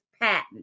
patent